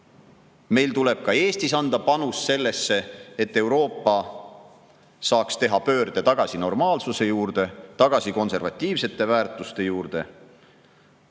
Meil tuleb ka Eestis anda panus sellesse, et Euroopa saaks teha pöörde tagasi normaalsuse juurde, tagasi konservatiivsete väärtuste